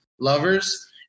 lovers